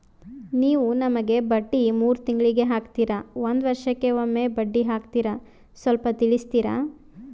ನೀವು ನಮಗೆ ಬಡ್ಡಿ ಮೂರು ತಿಂಗಳಿಗೆ ಹಾಕ್ತಿರಾ, ಒಂದ್ ವರ್ಷಕ್ಕೆ ಒಮ್ಮೆ ಬಡ್ಡಿ ಹಾಕ್ತಿರಾ ಸ್ವಲ್ಪ ತಿಳಿಸ್ತೀರ?